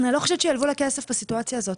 קרן: אני לא חושבת שילווה לה כסף בסיטואציה הזאת.